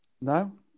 No